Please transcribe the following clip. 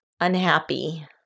unhappy